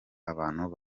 abantu